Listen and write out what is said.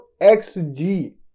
XG